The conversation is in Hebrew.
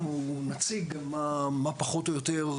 ואנחנו נציג מה פחות או יותר,